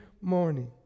Morning